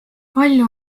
palju